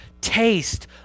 taste